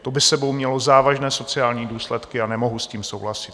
To by s sebou mělo závažné sociální důsledky a nemohu s tím souhlasit.